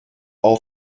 all